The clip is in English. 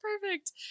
perfect